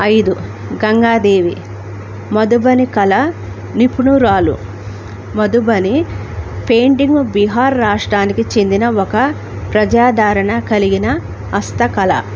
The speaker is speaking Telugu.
ఐదు గంగాదేవి మధుబని కళ నిపుణరాలు మధుబని పెయింటింగ్ బీహార్ రాష్ట్రానికి చెందిన ఒక ప్రజాదారణ కలిగిన హస్త కళ